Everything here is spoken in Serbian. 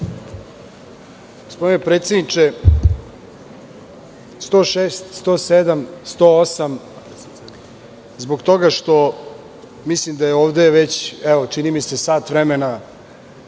Gospodine predsedniče, 106, 107, 108, zbog toga što mislim da je ovde već čini mi se sat vremena